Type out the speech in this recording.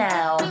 Now